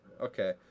Okay